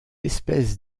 espèce